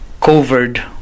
covered